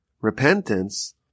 repentance